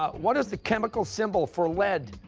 ah what is the chemical symbol for lead?